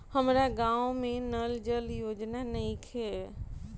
हमारा गाँव मे नल जल योजना नइखे?